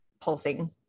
pulsing